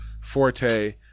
Forte